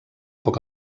poc